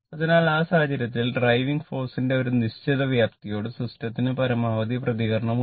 അതിനാൽ ആ സാഹചര്യത്തിൽ ഡ്രൈവിംഗ് ഫോഴ്സിന്റെ ഉണ്ട്